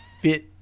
fit